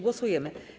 Głosujemy.